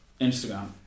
Instagram